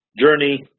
journey